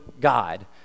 God